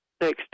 Next